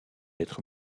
être